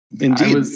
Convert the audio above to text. Indeed